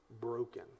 broken